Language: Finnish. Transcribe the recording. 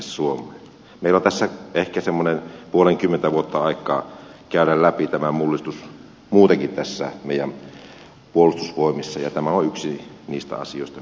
meillä on tässä ehkä semmoinen puolenkymmentä vuotta aikaa käydä läpi tämä mullistus muutenkin meidän puolustusvoimissamme ja tämä on yksi niistä asioista mitkä siellä jouduttiin ensimmäisenä tekemään